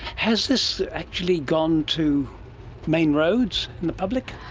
has this actually gone to main roads and the public?